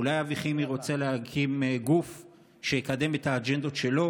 אולי אבי חימי רוצה להקים גוף שיקדם את האג'נדות שלו,